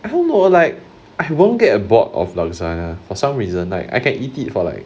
I don't know like I won't get bored of lasagne for some reason I I can eat it for like